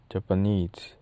Japanese